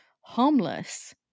harmless